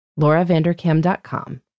lauravandercam.com